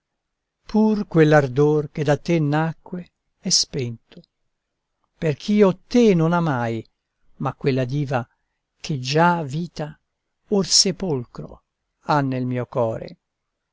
avanzi pur quell'ardor che da te nacque è spento perch'io te non amai ma quella diva che già vita or sepolcro ha nel mio core